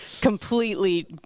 completely